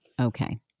Okay